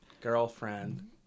girlfriend